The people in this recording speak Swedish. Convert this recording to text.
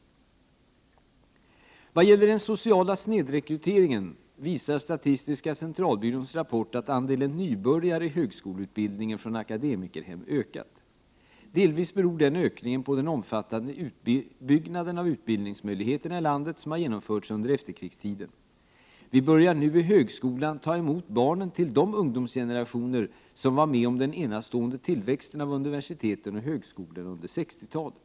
I vad gäller den sociala snedrekryteringen visar statistiska centralbyråns rapport att andelen nybörjare i högskoleutbildningen från akademikerhem har ökat. Delvis beror denna ökning på den omfattande utbyggnad av utbildningsmöjligheterna i landet som genomförts under efterkrigstiden; vi börjar nu i högskolan ta emot barnen till de ungdomsgenerationer som var med om den enastående tillväxten av universiteten och högskolorna under 60-talet.